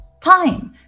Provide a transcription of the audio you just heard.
time